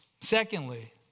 Secondly